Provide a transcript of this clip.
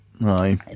Aye